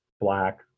black